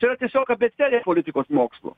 čia yra tiesiog abėcėlė politikos mokslų